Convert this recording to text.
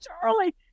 Charlie